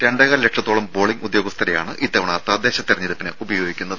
രണ്ടേകാൽ ലക്ഷത്തോളം പോളിങ്ങ് ഉദ്യോഗസ്ഥരെയാണ് ഇത്തവണ തദ്ദേശ തെരഞ്ഞെടുപ്പിന് ഉപയോഗിക്കുന്നത്